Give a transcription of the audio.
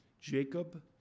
Jacob